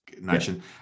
nation